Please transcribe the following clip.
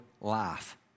life